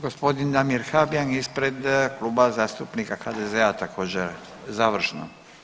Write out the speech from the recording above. Gospodin Damir Habijan ispred Kluba zastupnika HDZ-a također završno.